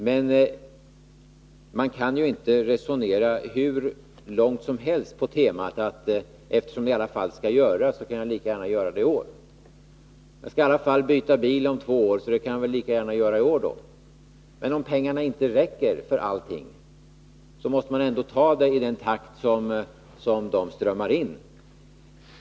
Men man kan inte gå hur långt som helst i resonemanget: Eftersom detta i alla fall skall göras, så kan jag göra det i år — jag skall i alla fall byta bil om två år, så det kan jag väl lika gärna göra i år. Om pengarna inte räcker för allting, måste man ändå ta det hela i den takt som pengarna strömmar in.